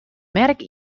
merk